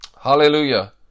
Hallelujah